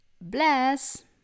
Bless